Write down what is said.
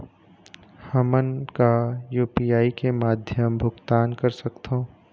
हमन का यू.पी.आई के माध्यम भुगतान कर सकथों?